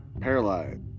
paralyzed